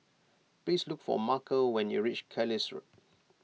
please look for Markel when you reach Carlisle Road